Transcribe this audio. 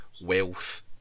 wealth